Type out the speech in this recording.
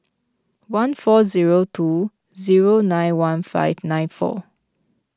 one four zero two zero nine one five nine four